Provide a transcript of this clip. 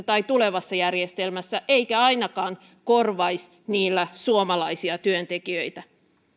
tai tulevassa järjestelmässä eikä ainakaan korvaisi niillä suomalaisia työntekijöitä